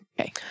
Okay